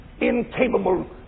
incapable